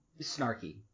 Snarky